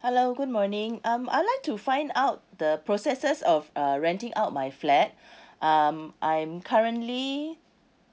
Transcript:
hello good morning um I like to find out the processes of uh renting out my flat um I'm currently